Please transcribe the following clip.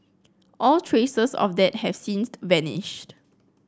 all traces of that have since vanished